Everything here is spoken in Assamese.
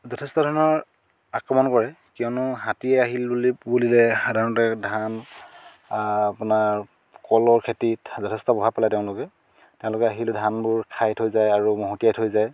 যথেষ্ট ধৰণৰ আক্ৰমণ কৰে কিয়নো হাতী আহিল বুলি বুলিলে সাধাৰণতে ধান আপোনাৰ কলৰ খেতিত যথেষ্ট প্ৰভাৱ পেলায় তেওঁলোকে তেওঁলোকে আহিলে ধানবোৰ খাই থৈ যায় আৰু মহতিয়াই থৈ যায়